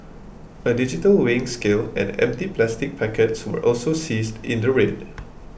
a digital weighing scale and empty plastic packets were also seized in the raid